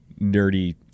nerdy